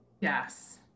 Yes